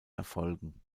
erfolgen